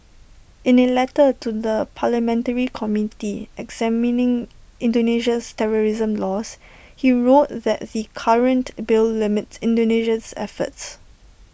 in A letter to the parliamentary committee examining Indonesia's terrorism laws he wrote that the current bill limits Indonesia's efforts